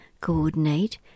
coordinate